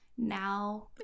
now